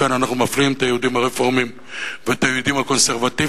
כאן אנחנו מפלים את היהודים הרפורמים ואת היהודים הקונסרבטיבים.